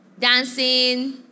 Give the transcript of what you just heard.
dancing